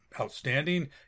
outstanding